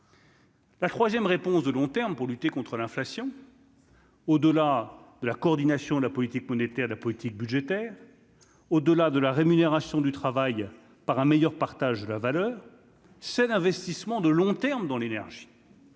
La troisième réponse de long terme pour lutter contre l'inflation. ça va. Au au-delà de la coordination de la politique monétaire, la politique budgétaire, au delà de la rémunération du travail par un meilleur partage de la valeur, c'est un investissement de long terme dans l'énergie,